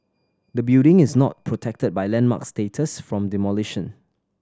the building is not protected by landmark status from demolition